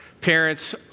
parents